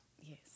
Yes